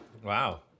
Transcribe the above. Wow